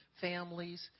families